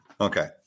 Okay